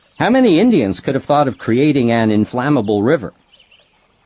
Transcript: how many indians could have thought of creating an inflammable river?